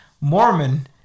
Mormon